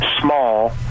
small